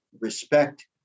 respect